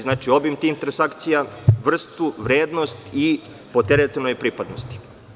Znači, obim tih transakcija, vrstu, vrednost i po teritorijalnoj pripadnosti.